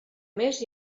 més